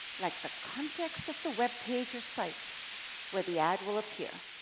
like the context of the web page or site where the ad will appear.